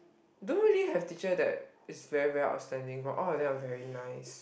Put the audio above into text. don't really have teacher that is very very outstanding but all of them are very nice